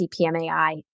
CPMAI